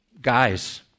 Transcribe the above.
Guys